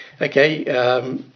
okay